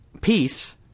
Peace